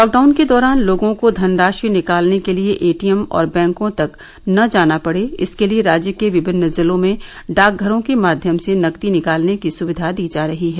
lockdown के दौरान लोगों को धनराशि निकालने के लिए एटीएम और बैंकों तक न जाना पड़े इसके लिए राज्य के विभिन्न जिलों में डाकघरों के माध्यम से नकदी निकालने की सुविधा दी जा रही है